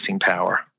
power